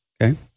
Okay